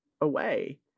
away